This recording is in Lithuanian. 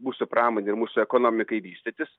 mūsų pramonei ir mūsų ekonomikai vystytis